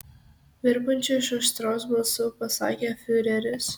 virpančiu iš aistros balsu pasakė fiureris